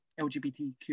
LGBTQ